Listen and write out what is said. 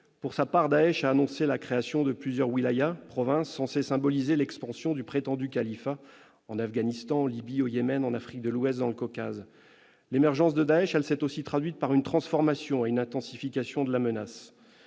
Pour sa part, Daech a annoncé la création de plusieurs « wilayas », c'est-à-dire provinces, censées symboliser l'expansion du prétendu califat, en Afghanistan, en Libye, au Yémen, en Afrique de l'Ouest, dans le Caucase ... L'émergence de Daech s'est aussi traduite par une transformation et une intensification de la menace.